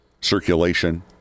circulation